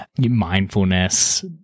Mindfulness